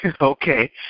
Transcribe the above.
okay